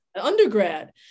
undergrad